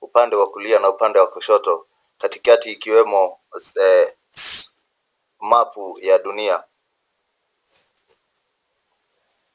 upande wa kulia na upande wa kushoto, katikati ikiwemo mapu ya dunia.